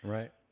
Right